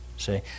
see